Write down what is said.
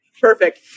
perfect